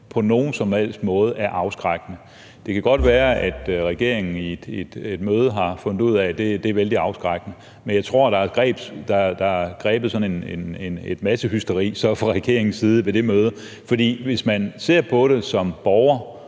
på nogen som helst måde er afskrækkende. Det kan godt være, at regeringen i et møde har fundet ud af, at det er vældig afskrækkende, men jeg tror så, at man er blevet grebet af sådan et massehysteri fra regeringens side ved det møde. For hvis man ser på det som borger